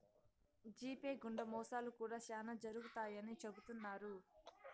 GPay గుండా మోసాలు కూడా శ్యానా జరుగుతాయని చెబుతున్నారు